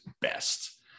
best